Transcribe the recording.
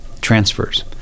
transfers